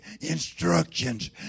instructions